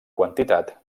quantitat